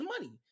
money